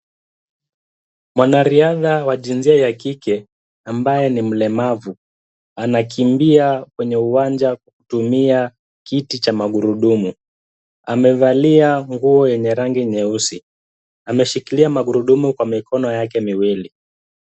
Mwanariadha wa jinsia ya kike ambaye ni mlemavu. Anakimbia kwenye uwanja kwa kutumia kiti cha magurudumu. Amevalia nguo yenye rangi nyeusi. Ameshikilia magurudumu kwa mikono yake miwili.